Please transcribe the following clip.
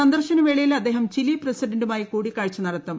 സന്ദർശന വേളയിൽ അദ്ദേഹം ചിലി പ്രസിഡന്റുമായി കൂടിക്കാഴ്ച നടത്തും